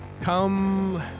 Come